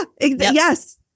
Yes